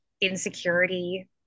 insecurity